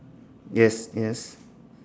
yes yes